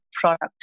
product